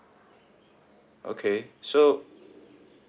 okay so